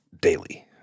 daily